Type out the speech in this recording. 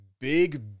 Big